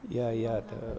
ya you're the